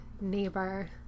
neighbor